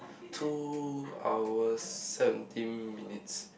two hours seventeen minutes